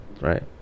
right